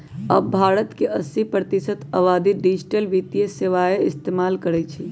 अब भारत के अस्सी प्रतिशत आबादी डिजिटल वित्तीय सेवाएं इस्तेमाल करई छई